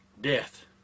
Death